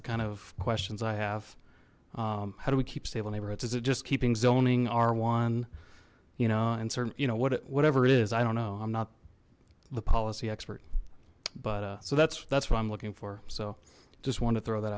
the kind of questions i have how do we keep stable neighborhoods is it just keeping zoning are one you know and certain you know what it whatever it is i don't know i'm not the policy expert but uh so that's that's what i'm looking for so just want to throw that